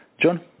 John